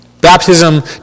Baptism